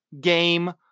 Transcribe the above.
game